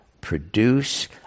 produce